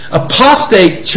apostate